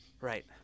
Right